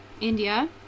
India